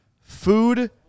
food